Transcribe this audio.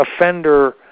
offender